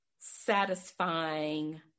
satisfying